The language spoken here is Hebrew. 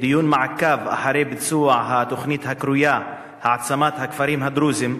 כדיון מעקב אחרי ביצוע התוכנית הקרויה "העצמת הכפרים הדרוזיים",